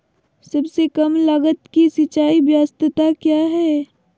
सबसे कम लगत की सिंचाई ब्यास्ता क्या है?